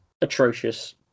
atrocious